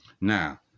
Now